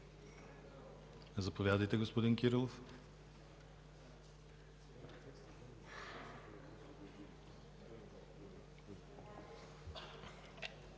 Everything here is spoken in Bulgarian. Заповядайте, господин Кирилов.